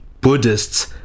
Buddhists